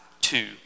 two